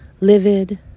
livid